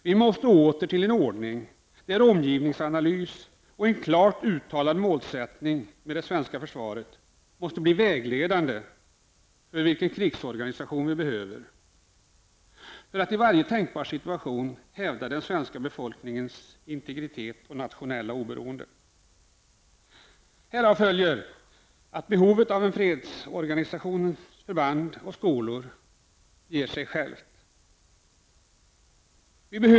Vi måste åter till en ordning där omgivningsanalys och en klart uttalad målsättning med det svenska försvaret blir vägledande för vilken krigsorganisation vi behöver för att i varje tänkbar situation hävda den svenska befolkningens integritet och nationella oberoende. Härav följer att behovet av fredsorganisationens förband och skolor ger sig självt.